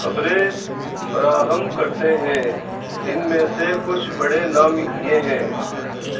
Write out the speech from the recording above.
خبریں فراہم کرتے ہیں ان میں سے کچھ بڑے نام یہ ہیں